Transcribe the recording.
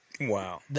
Wow